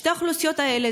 שתי האוכלוסיות האלה,